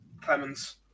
Clemens